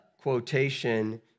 quotation